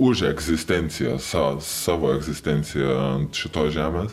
už egzistenciją sau savo egzistenciją ant šitos žemės